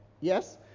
Yes